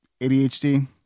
ADHD